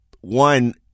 one